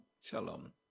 Shalom